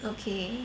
okay